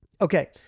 Okay